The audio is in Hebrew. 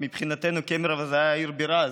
מבחינתנו קמרובו הייתה עיר בירה,